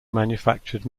manufactured